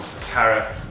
carrot